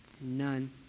None